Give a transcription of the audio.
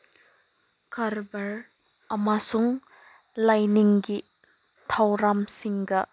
ꯀꯔꯕꯥꯔ ꯑꯃꯁꯨꯡ ꯂꯥꯏꯅꯤꯡꯒꯤ ꯊꯧꯔꯝꯁꯤꯡꯒ